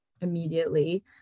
immediately